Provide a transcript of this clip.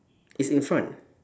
it's in front